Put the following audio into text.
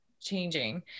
changing